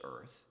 earth